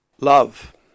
Love